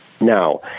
Now